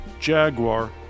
Jaguar